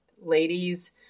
ladies